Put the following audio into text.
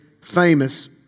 famous